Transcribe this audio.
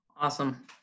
Awesome